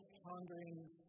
ponderings